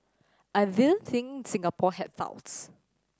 I didn't think Singapore had touts